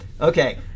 Okay